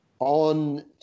on